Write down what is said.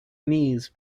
knees